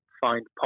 find